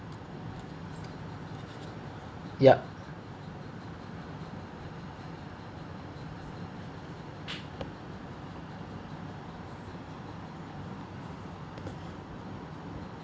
yup